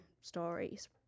stories